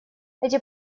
эти